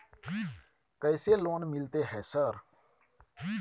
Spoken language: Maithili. कैसे लोन मिलते है सर?